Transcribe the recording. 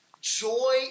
Joy